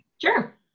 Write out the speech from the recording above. Sure